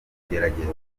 kugerageza